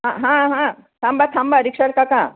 हां हां हां थांबा थांबा रिक्शावाले काका